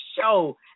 show